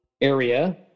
area